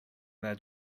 that